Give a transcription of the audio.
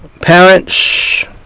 Parents